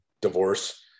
divorce